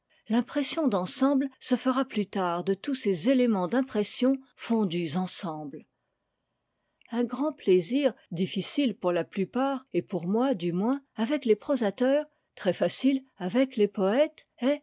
d'ensemble se fera plus tard de tous ces éléments d'impression fondus ensemble un grand plaisir difficile pour la plupart et pour moi du moins avec les prosateurs très facile avec les poètes